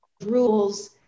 rules